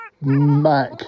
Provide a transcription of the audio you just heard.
Mac